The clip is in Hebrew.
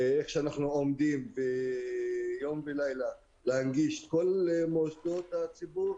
איך שאנחנו עומדים ביום ולילה להנגיש את כל מוסדות הציבור,